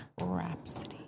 Rhapsody